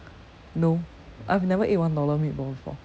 no I have never ate one dollar meatball before